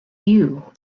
you